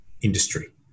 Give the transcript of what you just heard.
industry